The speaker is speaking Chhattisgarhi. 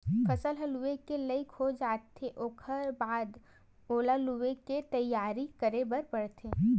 फसल ह लूए के लइक हो जाथे ओखर बाद ओला लुवे के तइयारी करे बर परथे